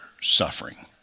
suffering